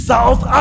South